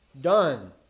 Done